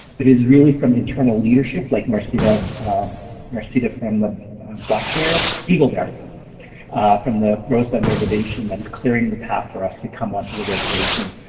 but is really from internal leadership, like marceda marceda from the black bear eagle bear from the rosebud reservation that is clearing the path for us to come onto the reservation.